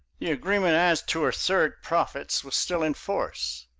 the agreement as to a third profits was still in force.